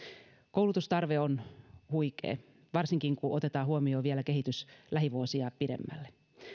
koulutustarve on huikea varsinkin kun otetaan huomioon vielä kehitys lähivuosia pidemmälle